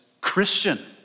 Christian